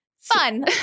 Fun